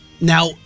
Now